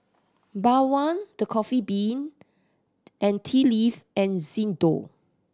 Bawang The Coffee Bean and Tea Leaf and Xndo